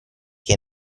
che